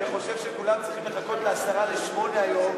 ואני חושב שכולם צריכים לחכות ל-19:50 היום,